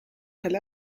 tel